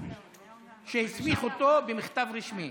תודה רבה לכל אחד שהביא את הצעת החוק.